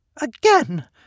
Again